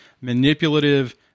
manipulative